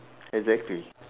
exactly